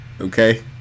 Okay